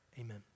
Amen